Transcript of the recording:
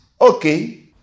okay